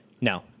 No